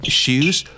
shoes